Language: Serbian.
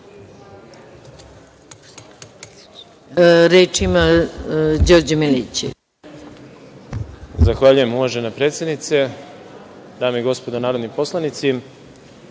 Reč ima Đorđe Milićević.